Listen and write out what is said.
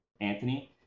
Anthony